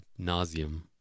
nauseum